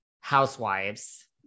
housewives